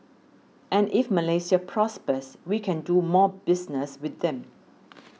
and if Malaysia prospers we can do more business with them